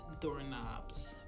doorknobs